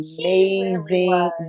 amazing